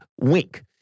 wink